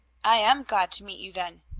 i am glad to meet you, then.